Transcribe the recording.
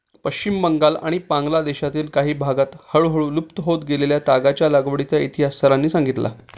पश्चिम बंगाल आणि बांगलादेशातील काही भागांत हळूहळू लुप्त होत गेलेल्या तागाच्या लागवडीचा इतिहास सरांनी सांगितला